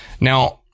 now